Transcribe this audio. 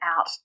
out